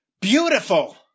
Beautiful